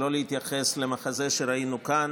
שלא להתייחס למחזה שראינו כאן.